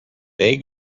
they